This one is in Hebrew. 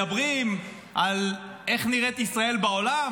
מדברים על איך נראית ישראל בעולם,